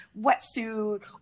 wetsuit